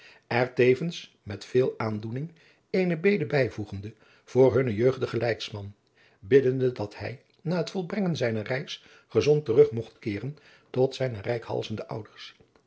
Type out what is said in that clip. er tevens met vee aandoening eene bede bijvoegende voor hunnen jeugdigen leidsman biddende dat hij na het volbrengen zijner reis gezond terug mogt keeren tot zijne reikhalzende ouders